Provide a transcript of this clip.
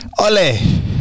Ole